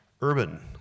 urban